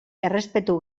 errespetu